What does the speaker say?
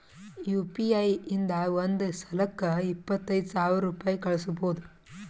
you P I ಇಂದ ಒಂದ್ ಸಲಕ್ಕ ಇಪ್ಪತ್ತೈದು ಸಾವಿರ ರುಪಾಯಿ ಕಳುಸ್ಬೋದು